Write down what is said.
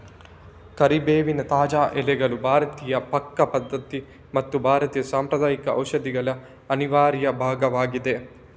ಕರಿಬೇವಿನ ತಾಜಾ ಎಲೆಗಳು ಭಾರತೀಯ ಪಾಕ ಪದ್ಧತಿ ಮತ್ತು ಭಾರತೀಯ ಸಾಂಪ್ರದಾಯಿಕ ಔಷಧಿಗಳ ಅನಿವಾರ್ಯ ಭಾಗವಾಗಿದೆ